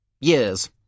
Years